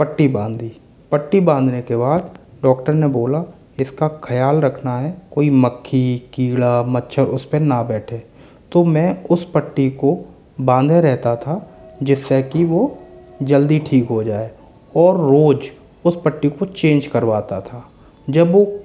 पट्टी बांध दीं पट्टी बाँधने के बाद डॉक्टर ने बोला इसका ख़्याल रखना है कोई मक्खी कीड़ा मच्छर उस पर ना बैठे तो मैं उस पट्टी को बांधे रहता था जिससे कि वो जल्दी ठीक हो जाए और रोज़ उस पट्टी को चेंज करवाता था जब वो